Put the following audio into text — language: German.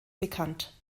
bekannt